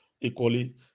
equally